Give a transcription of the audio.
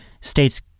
states